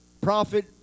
Prophet